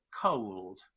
cold